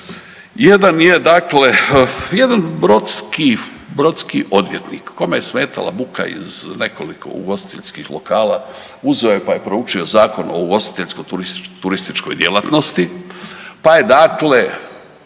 jedan je, jedan brodski odvjetnik kome je smetala buka iz nekoliko ugostiteljskih lokala, uzeo je pa je proučio Zakon o ugostiteljsko-turističkoj djelatnosti, pa je dakle